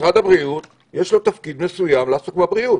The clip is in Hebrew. למשרד הבריאות יש תפקיד מסוים לעסוק בבריאות.